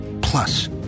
Plus